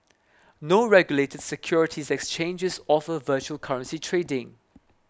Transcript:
no regulated securities exchanges offer virtual currency trading